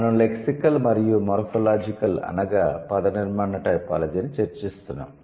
మనం లెక్సికల్ మరియు మోర్ఫోలాజికల్ అనగా పదనిర్మాణ టైపోలాజీని చర్చిస్తున్నాము